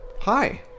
Hi